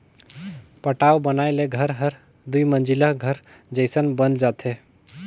पटाव बनाए ले घर हर दुमंजिला घर जयसन बन जाथे